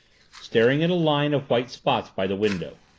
staring at a line of white spots by the window.